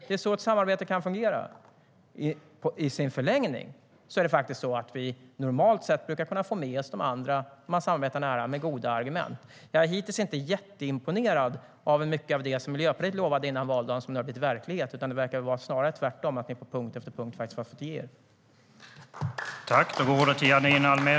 Så kan ett samarbete fungera.